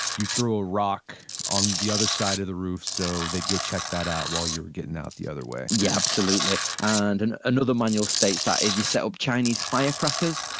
you'd throw a rock on the other side of the roof so they'd go check that out while you're getting out the other way yeah. absolutely. and and another manual states that if you set up chinese firecrackers,